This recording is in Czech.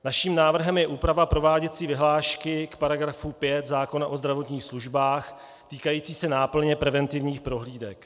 Naším návrhem je úprava prováděcí vyhlášky k § 5 zákona o zdravotních službách týkající se náplně preventivních prohlídek.